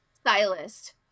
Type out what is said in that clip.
Stylist